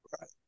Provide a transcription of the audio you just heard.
Right